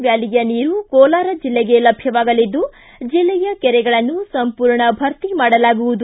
ವ್ಯಾಲಿಯ ನೀರು ಕೋಲಾರ ಜಿಲ್ಲೆಗೆ ಲಭ್ಯವಾಗಲಿದ್ದು ಜಿಲ್ಲೆಯ ಕೆರೆಗಳನ್ನು ಸಂಪೂರ್ಣ ಭರ್ತಿ ಮಾಡಲಾಗುವುದು